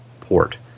port